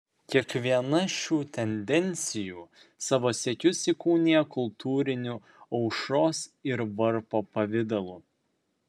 kiekviena šių tendencijų savo siekius įkūnija kultūriniu aušros ir varpo pavidalu